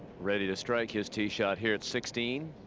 ready to strike his tee shot here at sixteen.